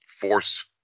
force